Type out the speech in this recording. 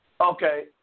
Okay